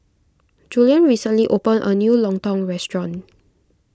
Julian recently opened a new Lontong restaurant